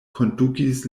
kondukis